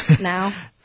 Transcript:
now